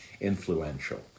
influential